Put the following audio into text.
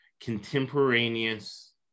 contemporaneous